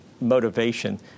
motivation